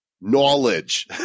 Knowledge